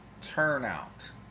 turnout